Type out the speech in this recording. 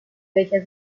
welcher